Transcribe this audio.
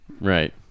Right